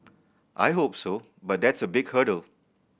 I hope so but that's a big hurdle